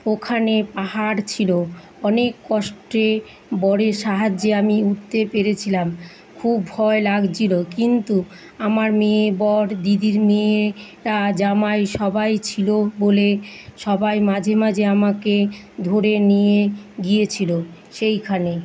ওখানে পাহাড় ছিলো অনেক কষ্টে বরের সাহায্যে আমি উঠতে পেরেছিলাম খুব ভয় লাগছিলো কিন্তু আমার মেয়ে বর দিদির মেয়েরা জামাই সবাই ছিলো বলে সবাই মাঝে মাঝে আমাকে ধরে নিয়ে গিয়েছিলো সেইখানে